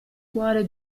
cuore